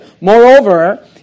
Moreover